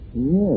Yes